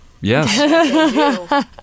Yes